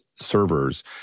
servers